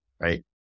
right